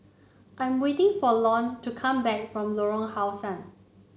I'm waiting for Lorne to come back from Lorong How Sun